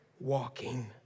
walking